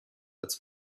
als